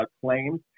claims